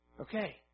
Okay